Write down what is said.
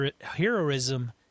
heroism